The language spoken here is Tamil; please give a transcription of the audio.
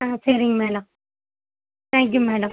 ஆ சரிங்க மேடம் தேங்க் யூ மேடம்